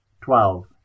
twelve